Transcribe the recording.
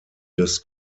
des